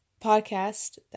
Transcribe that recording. podcast